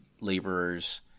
laborers